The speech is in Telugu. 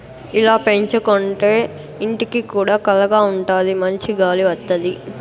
ఇలా పెంచుకోంటే ఇంటికి కూడా కళగా ఉంటాది మంచి గాలి వత్తది